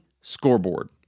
scoreboard